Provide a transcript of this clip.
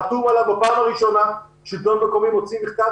זו הפעם הראשונה שהשלטון המקומי מוציא מכתב